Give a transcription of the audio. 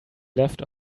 left